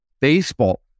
baseball